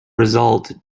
result